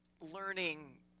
learning